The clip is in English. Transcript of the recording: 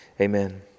amen